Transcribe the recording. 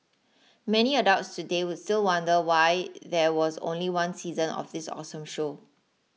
many adults today still wonder why there was only one season of this awesome show